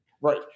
right